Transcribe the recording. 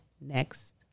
next